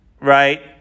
right